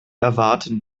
erwarten